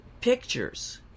pictures